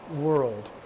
world